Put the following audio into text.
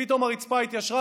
פתאום הרצפה התיישרה,